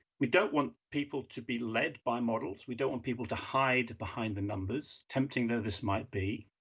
we don't want people to be led by models. we don't want people to hide behind the numbers, tempting though this might be.